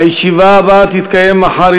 הישיבה הבאה תתקיים מחר,